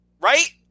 right